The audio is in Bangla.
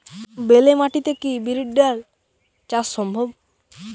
বেলে মাটিতে কি বিরির ডাল চাষ সম্ভব?